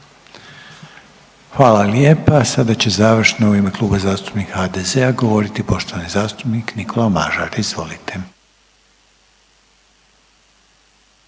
Hvala lijepa. Sada će završno u ime Klub zastupnika HDZ-a govoriti poštovani zastupnik Nikola Mažar. Izvolite.